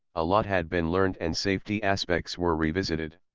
a lot had been learnt and safety aspects were revisited.